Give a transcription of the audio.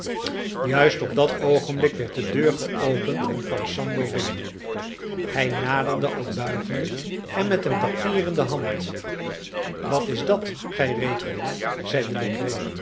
juist op dat oogenblik werd de deur geopend en kwam sambo binnen hij naderde al buigende en met een papier in de hand wat is dat gij